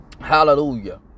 Hallelujah